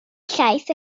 llaeth